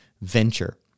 venture